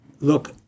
look